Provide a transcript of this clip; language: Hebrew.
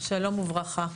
שלום וברכה.